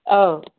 ꯑꯥꯎ